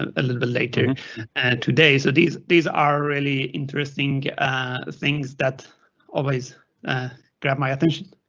a little bit later and today, so these these are really interesting things that always grab my attention.